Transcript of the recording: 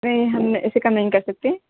نہیں ہم اِس سے کم نہیں کر سکتے